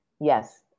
Yes